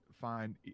find